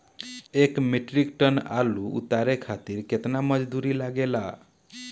एक metric ton आलू उतारे खातिर केतना मजदूरी लागेला?